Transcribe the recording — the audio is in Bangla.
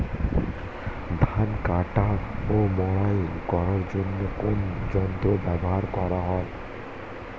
ধান কাটা ও মাড়াই করার জন্য কোন যন্ত্র ব্যবহার করা হয়?